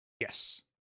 Yes